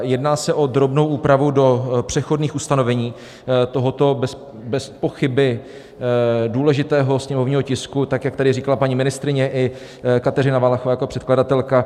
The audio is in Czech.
Jedná se o drobnou úpravu do přechodných ustanovení tohoto bezpochyby důležitého sněmovního tisku, jak tady říkala paní ministryně i Kateřina Valachová jako předkladatelka.